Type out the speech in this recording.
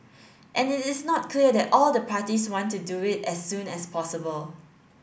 and it is not clear that all the parties want to do it as soon as possible